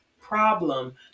problem